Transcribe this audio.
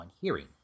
hearing